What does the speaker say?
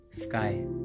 sky